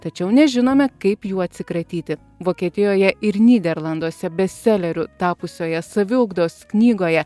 tačiau nežinome kaip jų atsikratyti vokietijoje ir nyderlanduose bestseleriu tapusioje saviugdos knygoje